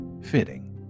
fitting